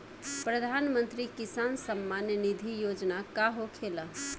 प्रधानमंत्री किसान सम्मान निधि योजना का होखेला?